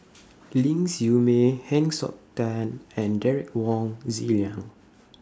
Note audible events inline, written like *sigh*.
*noise* Ling Siew May Heng Siok Tian and Derek Wong Zi Liang *noise*